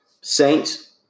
Saints